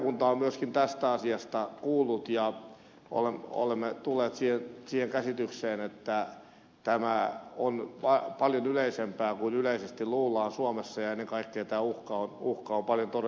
valiokunta on myöskin tästä asiasta kuullut ja olemme tulleet siihen käsitykseen että tämä on paljon yleisempää kuin yleisesti luullaan suomessa ja ennen kaikkea tämä uhka on paljon todellisempi